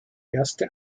erste